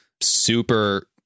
super